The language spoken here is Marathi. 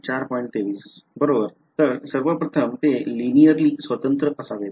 विद्यार्थी बरोबर तर सर्वप्रथम ते लिनिअरली स्वतंत्र असावेत